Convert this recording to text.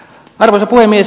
arvoisa puhemies